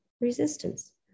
resistance